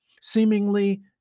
seemingly